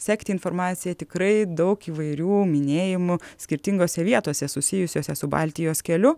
sekti informaciją tikrai daug įvairių minėjimų skirtingose vietose susijusiose su baltijos keliu